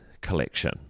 collection